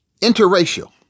interracial